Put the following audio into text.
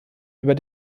über